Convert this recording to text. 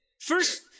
First